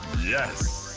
yes.